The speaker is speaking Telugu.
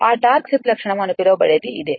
ఈ టార్క్ స్లిప్ లక్షణం అని పిలవబడేది ఇదే